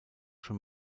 schon